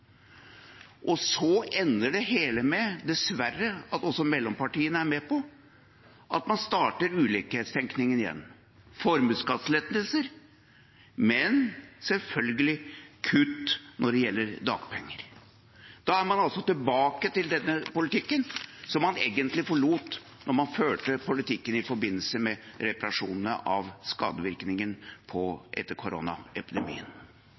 Og så ender det hele dessverre med at også mellompartiene er med på at man starter ulikhetstenkningen igjen: lettelser i formuesskatten, men selvfølgelig kutt når det gjelder dagpenger. Da er man tilbake til den politikken man egentlig forlot i den politikken man førte i forbindelse med reparasjonene av